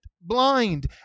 blind